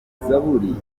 zaburi